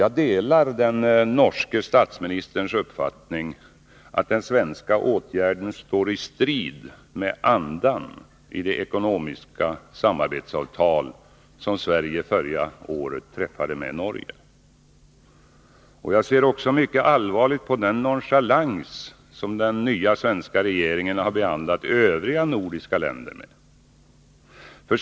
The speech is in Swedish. Jag delar den norske statsministerns uppfattning att den svenska åtgärden står i strid med andan i det ekonomiska samarbetsavtal som Sverige förra året träffade med Norge. Jag ser också mycket allvarligt på den nonchalans som den nya svenska regeringen har behandlat övriga nordiska länder med.